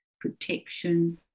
protection